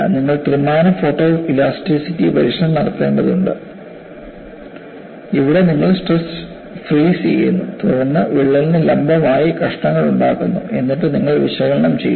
നിങ്ങൾ ത്രിമാന ഫോട്ടോ ഇലാസ്റ്റിസിറ്റിപരീക്ഷണം നടത്തേണ്ടതുണ്ട് ഇവിടെ നിങ്ങൾ സ്ട്രെസ് ഫ്രീസു ചെയ്യുന്നു തുടർന്ന് വിള്ളലിന് ലംബമായി കഷ്ണങ്ങൾ ഉണ്ടാക്കുന്നു എന്നിട്ട് നിങ്ങൾ വിശകലനം ചെയ്യുക